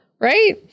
Right